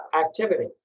activity